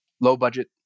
low-budget